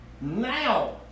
Now